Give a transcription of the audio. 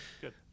good